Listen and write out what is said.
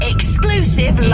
Exclusive